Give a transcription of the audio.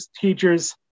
teachers